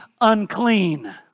unclean